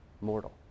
mortal